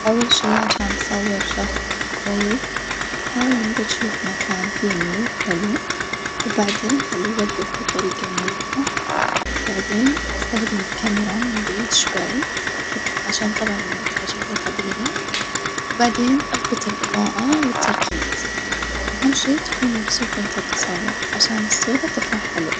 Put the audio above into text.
أول شي عشان تصور شخص كويس حاول إن إنت تشوف مكان فيه نور حلو وبعدين خليه يوجف بطريجة مريحة وبعدين استخدم الكاميرا من بعيد شوي، عشان طبعًا يطلع شكله طبيعي وبعدين اظبط الإظاءة والتركيز، أهم شي تكون مبسوط وإنت بتصور عشان الصورة تطلع حلوة.